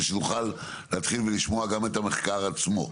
שנוכל להתחיל ולשמוע גם את המחקר עצמו.